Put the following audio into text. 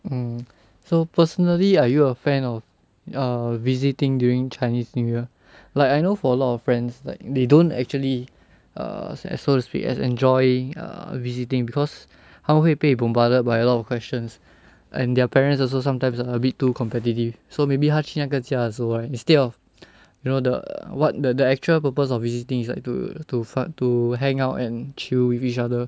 hmm so personally are you a fan of err visiting during chinese new year like I know for a lot of friends like they don't actually err eh so to speak as enjoy err visiting because 他们会被 bombarded by a lot of questions and their parents also sometimes a bit too competitive so maybe 他去那个家的时候 right instead of you know the what the actual purpose of visiting its like to to fu~ to hang out and chill with each other